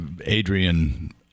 Adrian